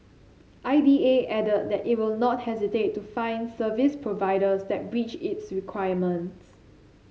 I D A added that it will not hesitate to fine service providers that breach its requirements